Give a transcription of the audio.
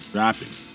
rapping